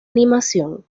animación